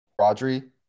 Rodri